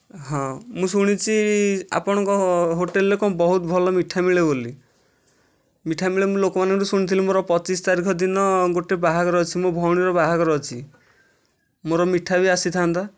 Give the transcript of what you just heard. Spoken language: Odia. ହଁ ମୁଁ ଶୁଣିଛି ଆପଣଙ୍କ ହୋଟେଲ୍ରେ କ'ଣ ବହୁତ ଭଲ ମିଠା ମିଳେ ବୋଲି ମିଠା ମିଳେ ମୁଁ ଲୋକମାନଙ୍କଠୁ ଶୁଣିଥିଲି ମୋର ପଚିଶ ତାରିଖ ଦିନ ଗୋଟେ ବାହାଘର ଅଛି ମୋ ଭଉଣୀର ବାହାଘର ଅଛି ମୋର ମିଠା ବି ଆସିଥାନ୍ତା